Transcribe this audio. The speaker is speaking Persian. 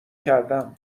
کردم